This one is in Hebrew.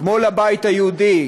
כמו לבית היהודי,